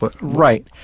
Right